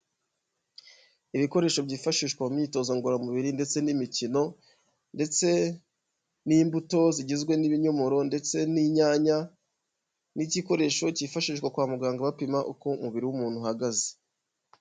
Ibikoresho byifashishwa mu imyitozo ngororamubiri ndetse n'imikino, ndetse n'imbuto zigizwe n'ibinyomoro, ndetse n'inyanya, n'igikoresho cyifashishwa kwa muganga bapima uko umubiri w'umuntu uhagaze.